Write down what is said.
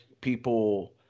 people